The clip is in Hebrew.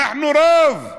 אנחנו רוב.